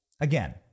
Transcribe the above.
Again